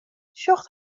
sjocht